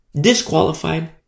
Disqualified